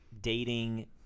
dating